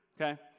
okay